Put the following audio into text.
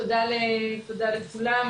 תודה לכולם,